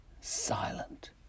silent